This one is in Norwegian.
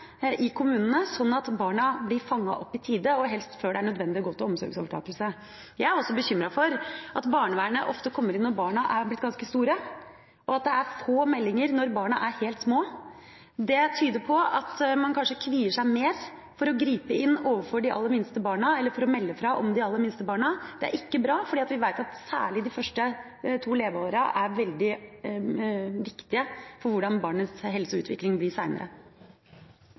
i kommunene, slik at barna blir fanget opp i tide, og helst før det er nødvendig å gå til omsorgsovertakelse. Jeg er også bekymret for at barnevernet ofte kommer inn når barna har blitt ganske store, og at det er få meldinger når barna er helt små. Det tyder på at man kanskje kvier seg mer for å melde fra om de aller minste barna. Det er ikke bra, fordi vi vet at særlig de to første leveåra er veldig viktige for hvordan barnets helse og utvikling blir